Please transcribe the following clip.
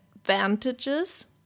advantages